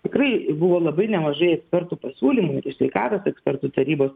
tikrai buvo labai nemažai ekspertų pasiūlymų sveikatos ekspertų tarybos